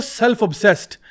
self-obsessed